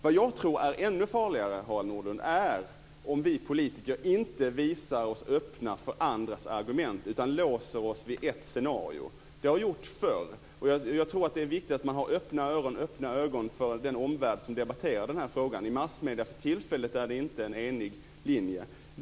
Något som är ännu farligare, Harald Nordlund, är om vi politiker inte visar oss öppna för andras argument utan låser oss vid ett scenario. Så har skett tidigare, och jag tror att det är viktigt att vi har ögon och öron öppna för den omvärld som debatterar den här frågan. I massmedierna finns det för närvarande inte någon enig linje.